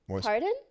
Pardon